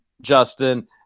justin